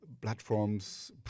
platforms